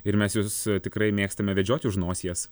ir mes jus tikrai mėgstame vedžioti už nosies